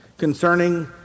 Concerning